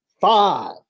Five